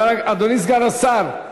אדוני סגן השר,